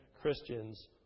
Christians